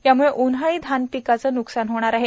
याम्ळे उन्हाळी धानपिकाचे नुकसान होणार आहे